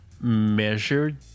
measured